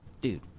dude